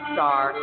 Star